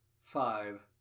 five